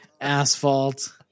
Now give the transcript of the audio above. Asphalt